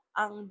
ang